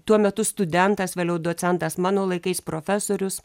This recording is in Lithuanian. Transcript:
tuo metu studentas vėliau docentas mano laikais profesorius